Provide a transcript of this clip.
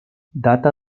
data